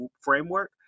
framework